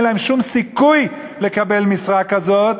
אין להם שום סיכוי לקבל משרה כזאת.